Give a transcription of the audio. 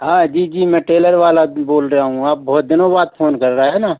हाँ जी जी मैं टेलर वाला बोल रहा हूँ आप बहुत दिनों बाद फोन कर रहे हैं ना